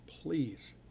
Please